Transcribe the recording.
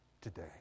today